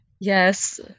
Yes